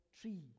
tree